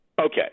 Okay